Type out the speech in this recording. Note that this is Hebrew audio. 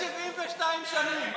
72 שנים,